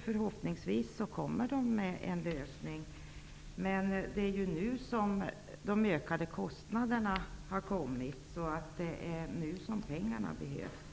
Förhoppningsvis gör man det. Men det är ju nu som kostnaderna har ökat, så det är nu som pengarna behövs.